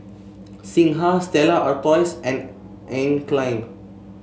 Singha Stella Artois and Anne Klein